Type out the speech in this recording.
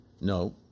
No